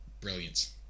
brilliance